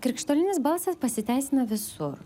krištolinis balsas pasiteisina visur